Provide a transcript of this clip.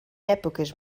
èpoques